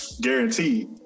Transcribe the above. guaranteed